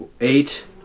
eight